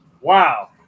Wow